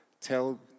Tell